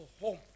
home